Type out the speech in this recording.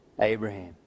Abraham